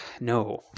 No